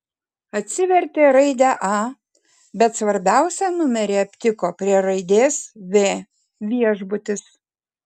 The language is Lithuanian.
atsivertė raidę a bet svarbiausią numerį aptiko prie raidės v viešbutis